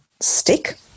stick